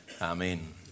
Amen